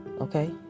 okay